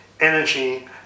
energy